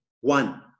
one